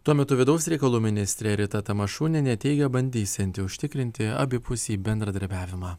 tuo metu vidaus reikalų ministrė rita tamašunienė teigė bandysianti užtikrinti abipusį bendradarbiavimą